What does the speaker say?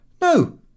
No